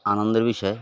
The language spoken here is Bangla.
আনন্দের বিষয়